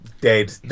dead